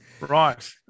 Right